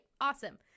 awesome